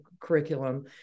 curriculum